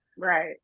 Right